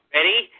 Ready